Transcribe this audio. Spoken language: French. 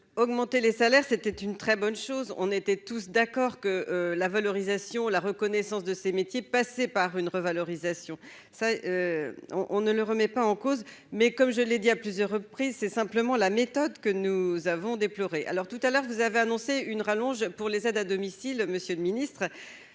augmenter les salaires, c'était une très bonne chose, on était tous d'accord que la valorisation, la reconnaissance de ces métiers, passer par une revalorisation, ça on ne le remet pas en cause mais, comme je l'ai dit à plusieurs reprises, c'est simplement la méthode que nous avons déploré alors tout à l'heure, vous avez annoncé une rallonge pour les aides à domicile, Monsieur le Ministre,